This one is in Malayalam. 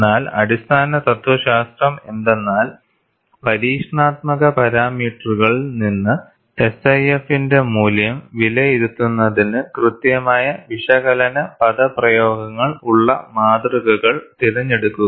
എന്നാൽ അടിസ്ഥാന തത്വശാസ്ത്രം എന്തെന്നാൽ പരീക്ഷണാത്മക പാരാമീറ്ററുകളിൽ നിന്ന് SIF ന്റെ മൂല്യം വിലയിരുത്തുന്നതിന് കൃത്യമായ വിശകലന പദപ്രയോഗങ്ങൾ ഉള്ള മാതൃകകൾ തിരഞ്ഞെടുക്കുക